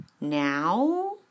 now